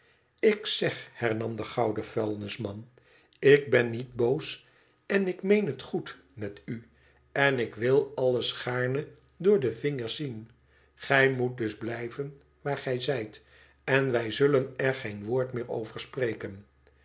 ik zeg hernam de gouden vuilnisman ik ben niet boos en ik meen het goed met u en ik wil alles gaarne door de vingers zien gij moet dus blijven waar gij zijt en wij zullen er geen woord meer over spreken